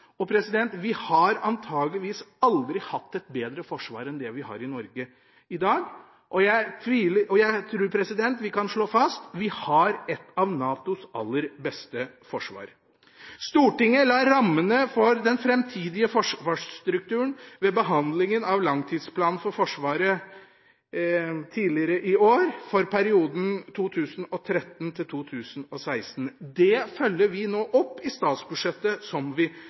Vi har antageligvis aldri hatt et bedre forsvar enn det vi har i Norge i dag, og jeg trur vi kan slå fast: Vi har et av NATOs aller beste forsvar. Stortinget la rammene for den framtidige forsvarsstrukturen ved behandlingen av langtidsplanen for Forsvaret for perioden 2013–2016 tidligere i år. Det følger vi nå opp i statsbudsjettet som vi